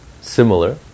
Similar